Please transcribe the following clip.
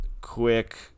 Quick